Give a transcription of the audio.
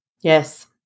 Yes